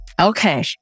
Okay